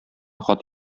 хат